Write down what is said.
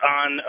on